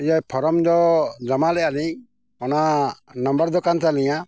form ᱫᱚ ᱡᱚᱢᱟ ᱞᱮᱫᱟᱞᱤᱧ ᱚᱱᱟ ᱱᱟᱢᱵᱟᱨ ᱫᱚ ᱠᱟᱱ ᱛᱟᱹᱞᱤᱧᱟ